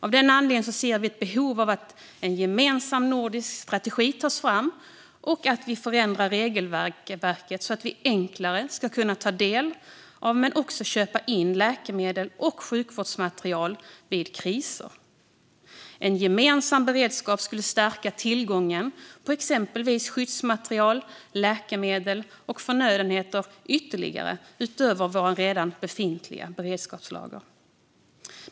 Av den anledningen ser vi ett behov av att en gemensam nordisk strategi tas fram och att förändra regelverket så att vi enklare kan ta del av och köpa in läkemedel och sjukvårdsmaterial vid kriser. En gemensam beredskap skulle stärka tillgången på exempelvis skyddsmaterial, läkemedel och förnödenheter ytterligare utöver våra redan befintliga beredskapslager.